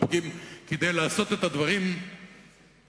כדי לעשות את הדברים כאילו